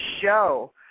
show